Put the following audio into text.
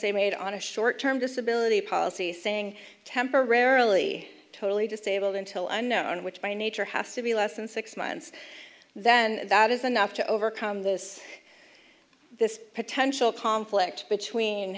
they made on a short term disability policy saying temporarily totally disabled until unknown which by nature has to be less than six months then that is enough to overcome this this potential conflict between